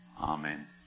Amen